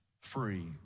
free